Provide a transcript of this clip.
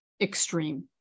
extreme